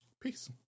peace